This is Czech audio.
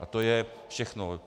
A to je všechno.